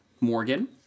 Morgan